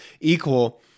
equal